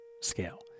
scale